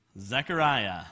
Zechariah